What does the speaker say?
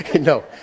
No